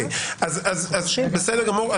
בסדר גמור.